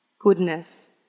goodness